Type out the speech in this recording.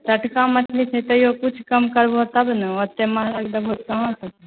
टटका मछली छै तैयो किछु कम करबहो तब ने ओतेक महगा कऽ देबहो तऽ कहांँसँ होयतै